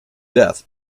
death